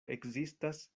ekzistas